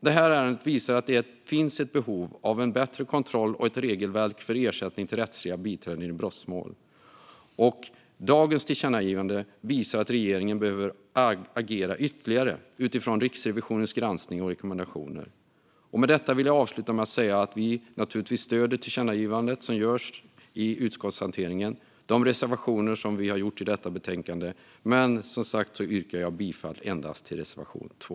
Detta ärende visar att det finns behov av en bättre kontroll och ett regelverk för ersättning till rättsliga biträden i brottmål. Dagens tillkännagivande visar att regeringen behöver agera ytterligare utifrån Riksrevisionens granskning och rekommendationer. Därmed vill jag avsluta med att säga att vi naturligtvis stöder det förslag till tillkännagivande som görs i utskottshanteringen och de reservationer som vi har i detta betänkande. Men jag yrkar som sagt bifall endast till reservation 2.